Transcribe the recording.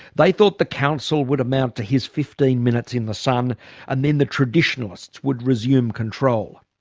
they thought the council would amount to his fifteen minutes in the sun and then the traditionalists would resume control.